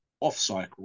off-cycle